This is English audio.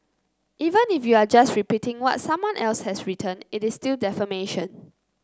even if you are just repeating what someone else has written it is still defamation